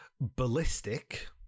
Ballistic